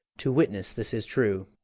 to witness this is true.